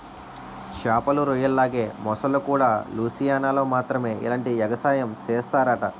చేమలు, రొయ్యల్లాగే మొసల్లుకూడా లూసియానాలో మాత్రమే ఇలాంటి ఎగసాయం సేస్తరట